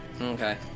Okay